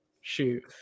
shoot